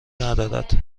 ندارد